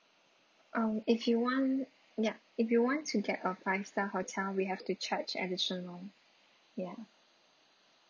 um if you want ya if you want to get a five star hotel we have to charge additional ya